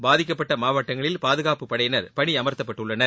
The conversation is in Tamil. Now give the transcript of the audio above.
பாதிக்கப்பட்டமாவட்டங்களில் பாதுகாப்புப்படையினர் பணியமர்த்தப்பட்டுள்ளனர்